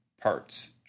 parts